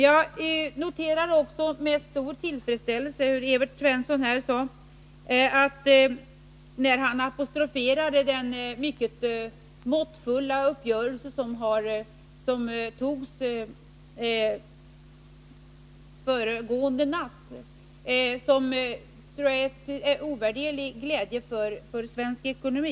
Jag noterar också med stor tillfredsställelse att Evert Svensson här apostroferade att den mycket måttfulla uppgörelsen som träffades i går natt är till ovärderlig glädje för svensk ekonomi.